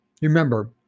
Remember